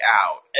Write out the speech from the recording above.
out